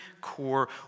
core